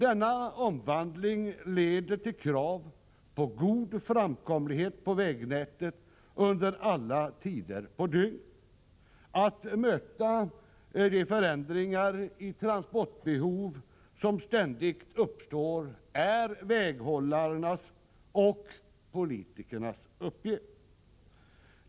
Denna omvandling leder till krav på god framkomlighet på vägnätet under alla tider på dygnet. Att möta de förändringar i transportbehoven som ständigt uppstår är väghållarnas och politikernas uppgift.